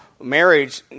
Marriage